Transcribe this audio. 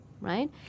right